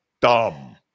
Dumb